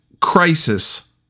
crisis